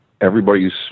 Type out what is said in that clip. everybody's